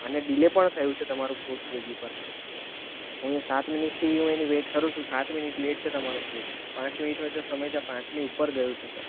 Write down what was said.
અને ડિલે પણ થયું છે તમારું ફૂડ સ્વિગી પર હું અહીંયાં સાત મિનિટથી હું એની વેટ કરું છું સાત મિનિટ લેટ છે તમારું ફૂડ પાંચ મિનિટ હોય તો સમજ્યા પાંચ મિનિટની ઉપર ગયું છે સર